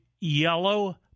yellow